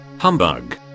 Humbug